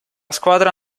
squadra